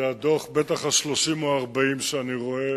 זה הדוח ה-30 או ה-40 שאני רואה